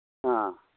ꯑ